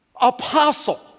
apostle